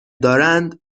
دارند